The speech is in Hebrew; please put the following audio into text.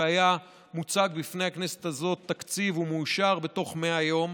שהיה מוצג בפני הכנסת הזאת תקציב ומאושר בתוך 100 יום,